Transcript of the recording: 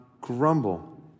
grumble